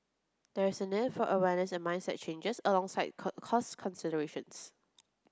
there is a need for awareness and mindset changes alongside cost considerations